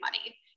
money